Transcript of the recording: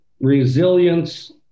resilience